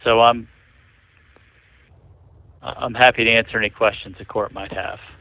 so i'm happy to answer any questions the court might have